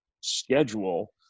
schedule